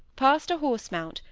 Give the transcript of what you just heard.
past a horse-mount,